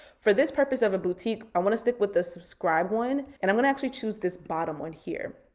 for this purpose of a boutique i wanna stick with the subscribed one, and i'm gonna actually choose this bottom one here.